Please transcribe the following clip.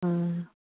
आँइ